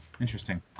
Interesting